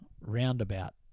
roundabout